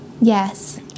Yes